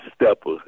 stepper